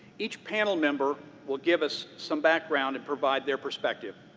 each panel member will give us some background and provide their perspective.